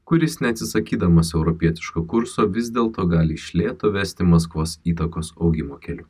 kuris neatsisakydamas europietiško kurso vis dėl to gali iš lėto vesti maskvos įtakos augimo keliu